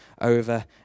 over